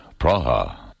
Praha